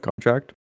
contract